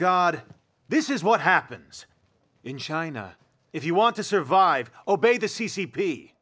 god this is what happens in china if you want to survive obey the c c p